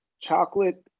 chocolate